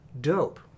Dope